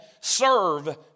serve